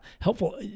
helpful